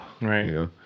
Right